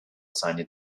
sunny